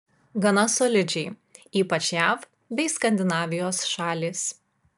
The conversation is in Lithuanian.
gana solidžiai ypač jav bei skandinavijos šalys